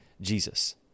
Jesus